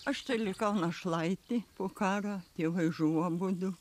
aš likau našlaitė po karo tėvai žuvo abudu